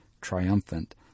triumphant